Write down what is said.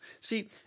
See